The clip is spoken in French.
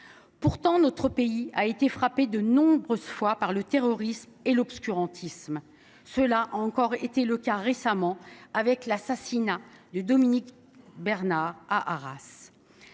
Pourtant, notre pays a été frappé de nombreuses fois par le terrorisme et l’obscurantisme. Cela a encore été le cas récemment, avec l’assassinat du professeur Dominique Bernard à Arras.